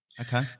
Okay